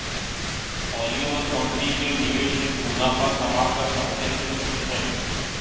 Oliver company के निवेशक मुनाफा कमाकर अत्यंत खुश हैं